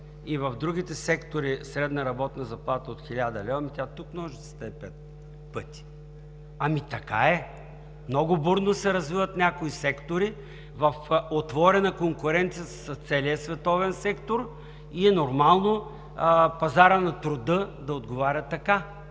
и в другите сектори средна работна заплата от хиляда лева, тук ножицата е пет пъти. Така е. Много бурно се развиват някои сектори, в отворена конкуренция са с целия световен сектор и е нормално пазарът на труда да отговаря така.